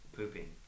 Pooping